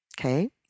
okay